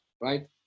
right